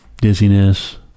dizziness